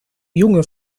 junge